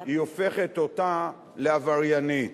היא הופכת אותה לעבריינית.